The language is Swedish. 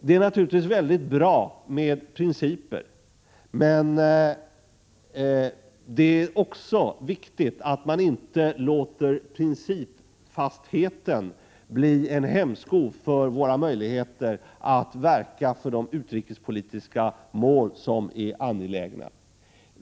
Det är naturligtvis väldigt bra med principer, men det är också viktigt att man inte låter principfastheten bli en hämsko för våra möjligheter att verka för de utrikespolitiska mål som är angelägna.